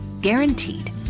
guaranteed